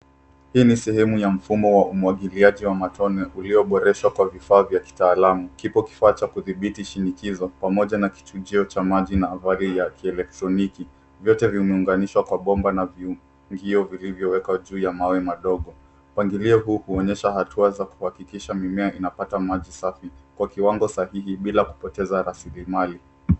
Hii ni sehemu ya mfumo wa umwagiliaji wa matone ulioboreshwa kwa vifaa vya kitaalamu. Kipo kifaa cha kudhibiti shinikizo pamoja na kichujio cha maji na vali ya kielektroniki. Vyote vimeunganishwa kwa bomba na viungio vilivyowekwa juu ya mawe madogo. Mpangilio huu huonyesha hatua za kuhakikisha mimea inapata maji safi kwa kiwango sahihi bila kupoteza raslimali.